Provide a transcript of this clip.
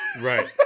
Right